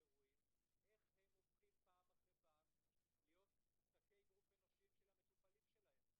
איך הם הופכים פעם אחר פעם להיות שקי אגרוף אנושיים של המטופלים שלהם,